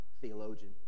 theologian